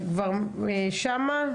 כן.